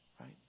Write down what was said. Right